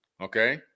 okay